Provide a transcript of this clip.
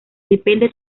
depende